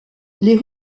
les